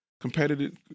competitive